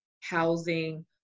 housing